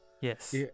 yes